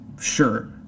sure